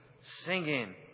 singing